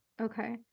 Okay